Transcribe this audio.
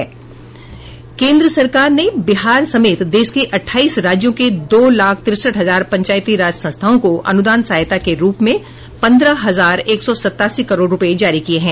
केन्द्र सरकार ने बिहार समेत अठाईस राज्यों के दो लाख तिरेसठ हजार पंचायती राज संस्थाओं को अनुदान सहायता के रूप में पन्द्रह हजार एक सौ सतासी करोड रूपये जारी किये हैं